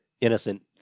innocent